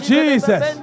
Jesus